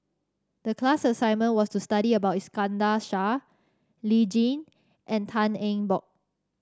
the class assignment was to study about Iskandar Shah Lee Tjin and Tan Eng Bock